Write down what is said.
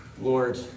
Lord